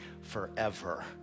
forever